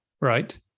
right